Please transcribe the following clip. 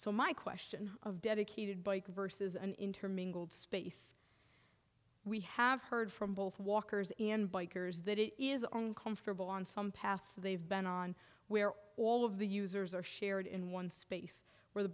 so my question of dedicated bike versus an intermingled space we have heard from both walkers and bikers that it is on comfortable on some paths they've been on where all of the users are shared in one space where the